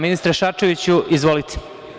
Ministre Šarčeviću, izvolite.